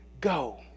go